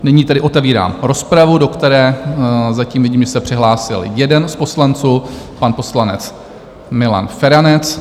Nyní tedy otevírám rozpravu, do které zatím vidím, že se přihlásil jeden z poslanců, pan poslanec Milan Feranec.